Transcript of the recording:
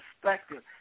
perspective